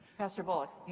pastor bullock.